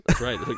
right